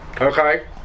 Okay